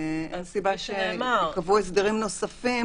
אז אין סיבה שייקבעו הסדרים נוספים